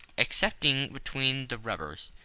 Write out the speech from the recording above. excepting between the rubbers,